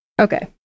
Okay